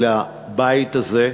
לבית הזה,